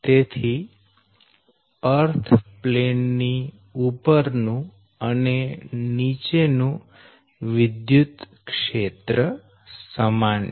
તેથી earth plane ની ઉપર નું અને નીચે નું વિદ્યુતક્ષેત્ર સમાન છે